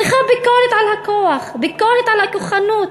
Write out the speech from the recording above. היא צריכה ביקורת על הכוח, ביקורת על הכוחנות,